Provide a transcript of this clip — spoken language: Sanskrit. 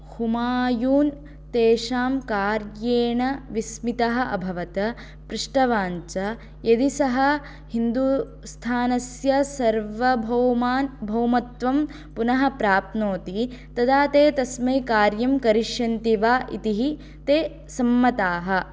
हुमायून् तेषां कार्येण विस्मितः अभवत् पृष्टवान् च यदि सः हिन्दु स्थानस्य सार्वभौमान् भौमत्वं पुनः प्राप्नोति तदा ते तस्मै कार्यं करिष्यन्ति वा इति ते सम्मताः